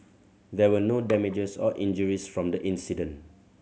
there were no damages or injuries from the incident